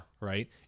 Right